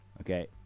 okay